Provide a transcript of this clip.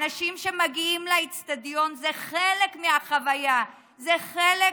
אנשים שמגיעים לאצטדיון, זה חלק מהחוויה, זה חלק